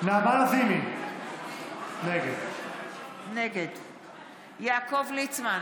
נגד יעקב ליצמן,